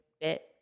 bit